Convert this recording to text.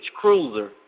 Cruiser